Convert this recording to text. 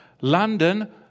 London